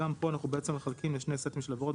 במקום "לעניין עבירות המנויות בפרטים 2